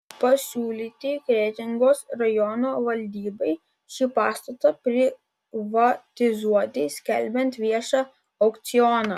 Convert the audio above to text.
pasiūlyti kretingos rajono valdybai šį pastatą privatizuoti skelbiant viešą aukcioną